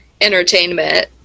entertainment